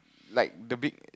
like the big